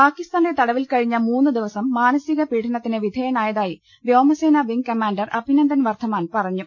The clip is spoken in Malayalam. പാക്കിസ്ഥാന്റെ തടവിൽ കഴിഞ്ഞ മൂന്ന് ദിവസം മാനസിക പീഡ നത്തിന് വിധേയനായതായി വ്യോമ സേനാ wing commander Abhinandan Varthaman പറഞ്ഞു